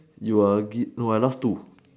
you are gi~ no I last two